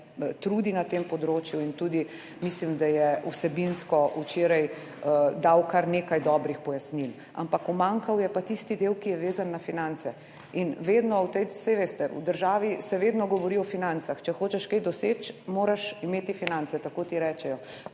na tem področju, in tudi mislim, da je vsebinsko včeraj dal kar nekaj dobrih pojasnil. Ampak umanjkal je pa tisti del, ki je vezan na finance. In vedno se v tej državi, saj veste, govori o financah. Če hočeš kaj doseči, moraš imeti finance, tako ti rečejo,